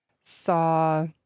saw